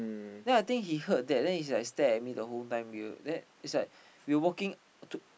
then I think he heard that then he is like stare at me the whole time we were then is like we were walking to